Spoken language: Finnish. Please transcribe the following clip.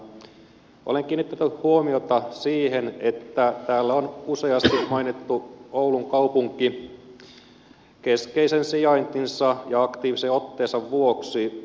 olen kiinnittänyt huomiota siihen että täällä on useasti mainittu oulun kaupunki keskeisen sijaintinsa ja aktiivisen otteensa vuoksi